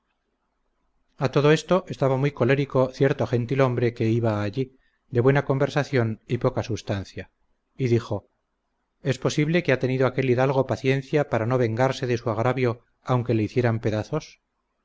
a todo esto estaba muy colérico cierto gentil hombre que iba allí de buena conversación y poca substancia y dijo es posible que ha tenido aquel hidalgo paciencia para no vengarse de su agravio aunque le hicieran pedazos